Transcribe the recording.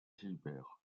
gilbert